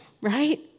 right